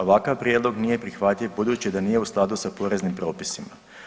Ovakav prijedlog nije prihvatljiv budući da nije u skladu s poreznim propisima.